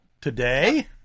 Today